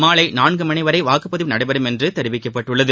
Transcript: மாலை நான்கு மணி வரை வாக்குப்பதிவு நடைபெறும் என்று தெரிவிக்கப்பட்டுள்ளது